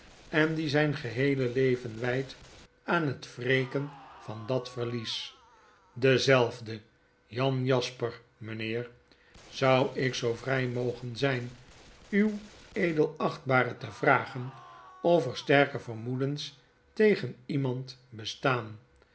en die zyn geheele leven wydt aan het wreken van dat verlies dezelfde jan jasper mijnheer zou ik zoo vry mogen zyn uw edelachtbare te vragen of er sterke vermoedens tegen iemand bestaan